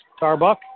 Tarbuck